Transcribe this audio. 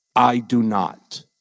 i do not,